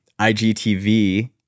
IGTV